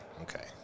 Okay